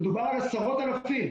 מדובר בעשרות אלפים.